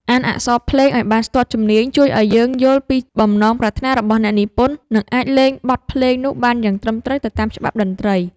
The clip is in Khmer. អានអក្សរភ្លេងឱ្យបានស្ទាត់ជំនាញជួយឱ្យយើងអាចយល់ពីបំណងប្រាថ្នារបស់អ្នកនិពន្ធ និងអាចលេងបទភ្លេងនោះបានយ៉ាងត្រឹមត្រូវទៅតាមច្បាប់តន្ត្រី។